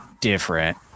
different